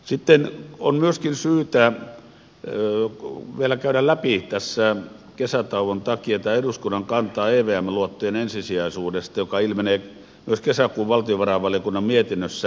sitten on myöskin syytä vielä käydä läpi tässä kesätauon takia tämä eduskunnan kanta evm luottojen ensisijaisuudesta joka ilmenee myös valtiovarainvaliokunnan kesäkuun mietinnössä